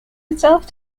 itself